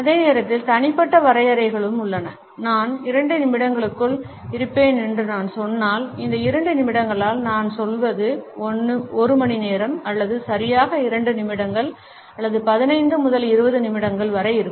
அதே நேரத்தில் தனிப்பட்ட வரையறைகளும் உள்ளன நான் 2 நிமிடங்களுக்குள் இருப்பேன் என்று நான் சொன்னால் இந்த 2 நிமிடங்களால் நான் சொல்வது 1 மணிநேரம் அல்லது சரியாக 2 நிமிடங்கள் அல்லது 15 முதல் 20 நிமிடங்கள் வரை இருக்கும்